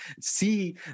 see